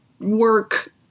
work